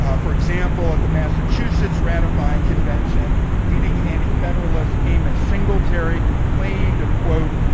ah for example, at the massachusetts ratifying convention leading antifederalist, amos singletary, complained of, quote,